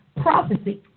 prophecy